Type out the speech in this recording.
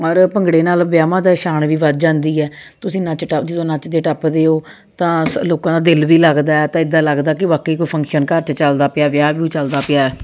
ਔਰ ਭੰਗੜੇ ਨਾਲ ਵਿਆਹਾਂ ਦੀ ਸ਼ਾਨ ਵੀ ਵੱਧ ਜਾਂਦੀ ਹੈ ਤੁਸੀਂ ਨੱਚ ਟੱਪ ਜਦੋਂ ਨੱਚਦੇ ਟੱਪਦੇ ਹੋ ਤਾਂ ਲੋਕਾਂ ਦਾ ਦਿਲ ਵੀ ਲੱਗਦਾ ਤਾਂ ਇੱਦਾਂ ਲੱਗਦਾ ਕਿ ਵਾਕਈ ਕੋਈ ਫੰਕਸ਼ਨ ਘਰ 'ਚ ਚੱਲਦਾ ਪਿਆ ਵਿਆਹ ਵੁਆ ਚਲਦਾ ਪਿਆ